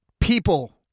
people